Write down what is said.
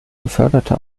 beförderte